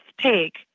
take